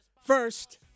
First